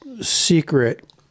secret